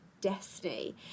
destiny